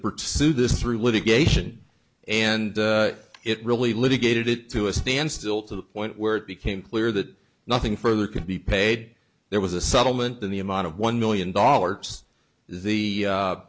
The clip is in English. pursue this through litigation and it really litigated it to a standstill to the point where it became clear that nothing further could be paid there was a settlement in the amount of one million dollars the